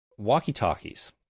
Walkie-talkies